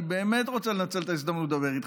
אני באמת רוצה לנצל את ההזדמנות לדבר איתך.